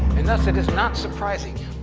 and thus it is not surprising